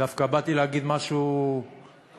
דווקא באתי להגיד משהו לזכותכם.